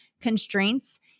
constraints